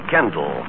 Kendall